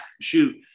shoot